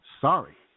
sorry